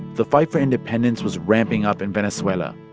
the fight for independence was ramping up in venezuela.